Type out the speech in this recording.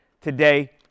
today